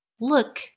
look